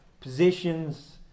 Positions